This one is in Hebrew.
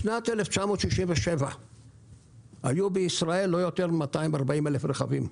בשנת 1967 היו בישראל לא יותר מ-240,000 רכבים.